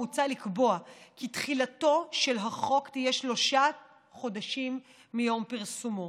מוצע לקבוע כי תחילתו של החוק תהיה שלושה חודשים מיום פרסומו.